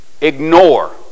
ignore